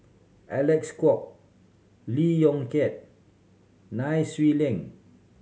Alec Kuok Lee Yong Kiat Nai Swee Leng